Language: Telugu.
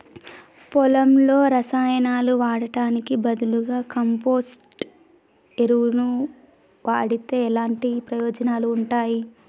పొలంలో రసాయనాలు వాడటానికి బదులుగా కంపోస్ట్ ఎరువును వాడితే ఎలాంటి ప్రయోజనాలు ఉంటాయి?